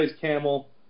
Camel